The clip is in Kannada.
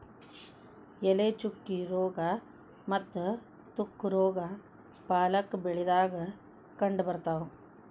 ಎಲೆ ಚುಕ್ಕಿ ರೋಗಾ ಮತ್ತ ತುಕ್ಕು ರೋಗಾ ಪಾಲಕ್ ಬೆಳಿದಾಗ ಕಂಡಬರ್ತಾವ